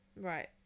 Right